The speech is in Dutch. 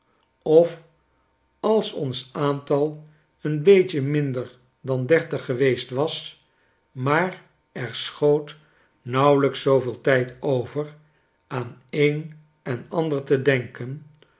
of als onsaantal een beetje minder dan dertig geweest was maar erschoot nauwelijks zooveel tijd over aan een en ander te denken